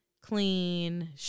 clean